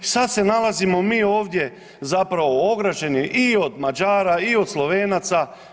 Sada se nalazimo mi ovdje zapravo ograđeni i od Mađara, i od Slovenaca.